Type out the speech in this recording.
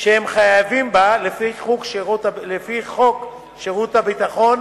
שהם חייבים בה לפי חוק שירות ביטחון,